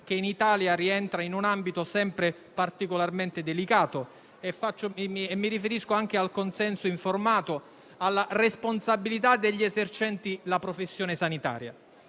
che in Italia rientra in un ambito sempre particolarmente delicato, al consenso informato e alla responsabilità degli esercenti la professione sanitaria.